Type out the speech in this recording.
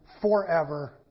forever